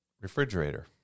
refrigerator